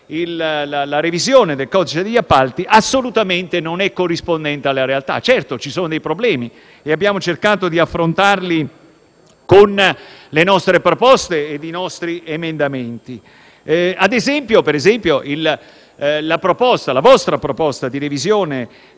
la revisione del codice degli appalti assolutamente non è corrispondente alla realtà. Certo, ci sono dei problemi e abbiamo cercato di affrontarli con le nostre proposte e i nostri emendamenti. Ad esempio, la vostra proposta di revisione